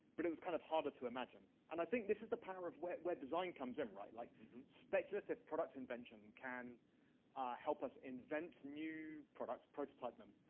but it was kind of harder to imagine. and i think this is the power of web web design comes in. like speculative product invention can help us invent new products, prototype them,